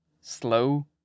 slow